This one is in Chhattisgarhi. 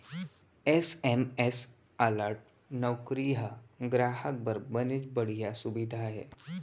एस.एम.एस अलर्ट नउकरी ह गराहक बर बनेच बड़िहा सुबिधा हे